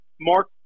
Mark